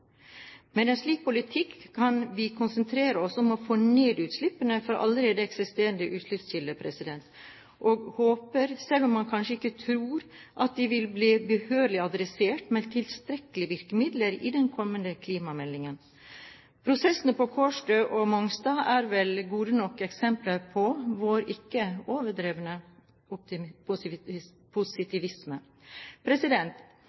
Med en slik politikk kan vi konsentrere oss om å få ned utslippene fra allerede eksisterende utslippskilder, og man håper – selv om man kanskje ikke tror – at de vil bli behørig adressert, med tilstrekkelige virkemidler, i den kommende klimameldingen. Prosessene på Kårstø og Mongstad er vel gode nok eksempler på vår ikke overdrevne